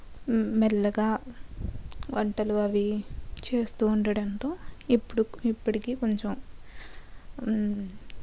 మెల్లగా వంటలు అవి చేస్తూ ఉండడంతో ఇప్పుడు ఇప్పటికీ కొంచెం